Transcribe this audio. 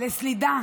לסלידה